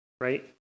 right